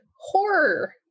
horror